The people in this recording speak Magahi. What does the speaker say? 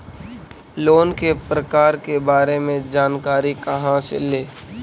लोन के प्रकार के बारे मे जानकारी कहा से ले?